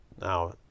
Now